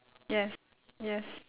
yes yes